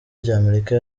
ry’amerika